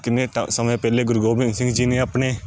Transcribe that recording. ਕਿੰਨੇ ਟ ਸਮੇਂ ਪਹਿਲੇ ਗੁਰੂ ਗੋਬਿੰਦ ਸਿੰਘ ਜੀ ਨੇ ਆਪਣੇ